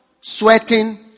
sweating